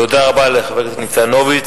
תודה רבה לחבר הכנסת ניצן הורוביץ.